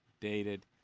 dated